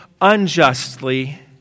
unjustly